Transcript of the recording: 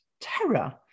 terror